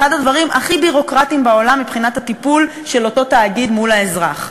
הדברים הכי ביורוקרטיים בעולם מבחינת הטיפול של אותו תאגיד מול האזרח?